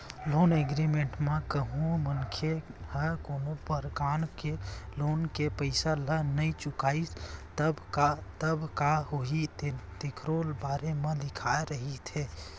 loan agreement म कहूँ मनखे ह कोनो परकार ले लोन के पइसा ल नइ चुकाइस तब का होही तेखरो बारे म लिखाए रहिथे